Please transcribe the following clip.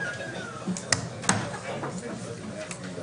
משהו חדש.